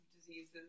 diseases